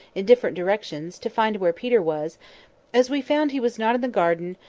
in different directions, to find where peter was as we found he was not in the garden,